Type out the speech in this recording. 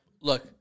Look